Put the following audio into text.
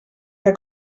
que